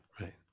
right